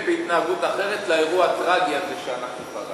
בהתנהגות אחרת לאירוע הטרגי הזה שפגשנו.